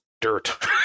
dirt